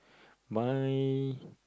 my